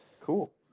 Cool